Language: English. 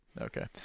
Okay